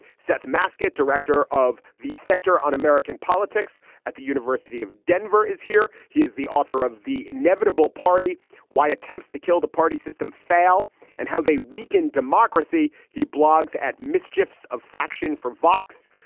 seth masket, director of the center on american politics at the university of denver, is here. he is the author of the inevitable party why attempts to kill the party system fail and how they weaken democracy. he blogs at mischiefs of faction for vox.